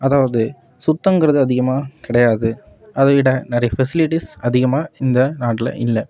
அதாவது சுத்தங்கிறது அதிகமாக கிடையாது அதை விட நிறைய ஃபெசிலிட்டீஸ் அதிகமாக இந்த நாட்டில் இல்லை